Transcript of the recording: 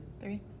Three